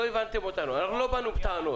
לא הבנתם אותנו, אנחנו לא באנו בטענות.